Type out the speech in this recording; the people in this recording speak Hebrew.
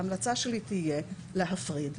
ההמלצה שלי תהיה להפריד,